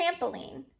trampoline